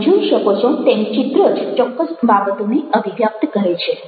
તમે જોઈ શકો છો તેમ ચિત્ર જ ચોક્કસ બાબતોને અભિવ્યક્ત કરે છે